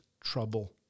trouble